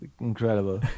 incredible